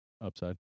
upside